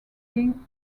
king